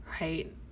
right